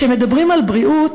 כשמדברים על בריאות,